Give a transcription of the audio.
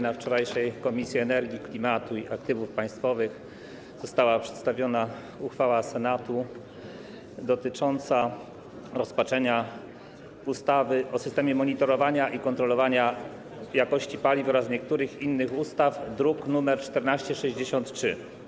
Na wczorajszym posiedzeniu Komisji do Spraw Energii Klimatu i Aktów Państwowych została przedstawiona uchwała Senatu dotycząca rozpatrzenia ustawy o systemie monitorowania i kontrolowania jakości paliw oraz niektórych innych ustaw, druk nr 1463.